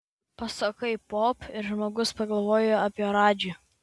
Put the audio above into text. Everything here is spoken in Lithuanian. pasakai pop ir žmogus pagalvoja apie radžį